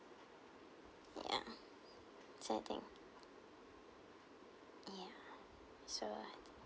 yeah so I think yeah so I think